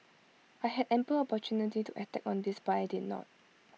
I had ample opportunity to attack on this but I did not